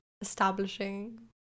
establishing